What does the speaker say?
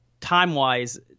time-wise